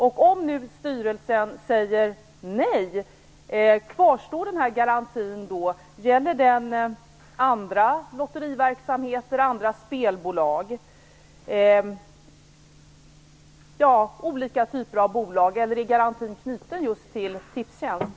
Om man nu säger nej, kvarstår då garantin? Gäller den andra lotteriverksamheter och andra spelbolag? Eller är garantin knuten just till AB Tipstjänst?